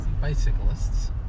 Bicyclists